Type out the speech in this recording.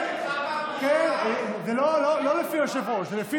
לא, לא נכון.